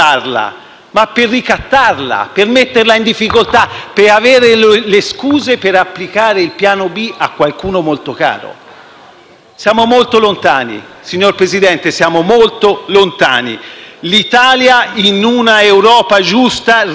ma per ricattarla, per metterla in difficoltà, per avere scuse per applicare il piano B, a qualcuno molto caro. Siamo molto lontani, signor Presidente, siamo molto lontani: l'Italia in una Europa giusta rimane